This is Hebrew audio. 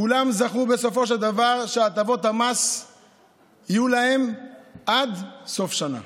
כולם זכו בסופו של דבר שהטבות המס יהיו להם עד סוף השנה,